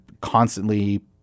constantly